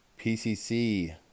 PCC